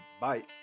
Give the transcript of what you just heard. bye